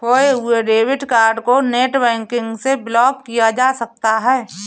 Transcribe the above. खोये हुए debit card को नेटबैंकिंग से ब्लॉक किया जा सकता है